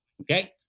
Okay